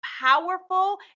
powerful